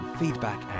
feedback